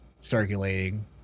circulating